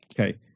Okay